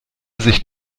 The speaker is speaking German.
sich